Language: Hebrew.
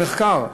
למחקר?